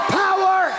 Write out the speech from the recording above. power